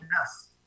Yes